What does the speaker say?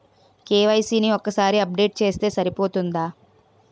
KYC ని ఒక్కసారి update చేస్తే సరిపోతుందా?